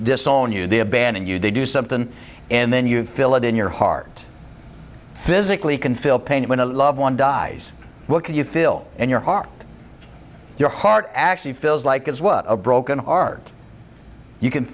disown you they abandon you they do something and then you fill it in your heart physically can feel pain when a loved one dies what could you fill in your heart your heart actually feels like is what a broken heart you can